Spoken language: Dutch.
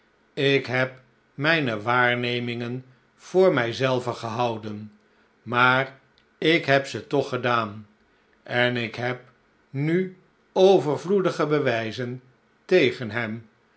ik heb mijne waarnemingen voor mij zelven gehouden maar ik heb ze toch gedaan en ik heb nu overvloedige bewijzen tegen hem